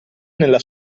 nella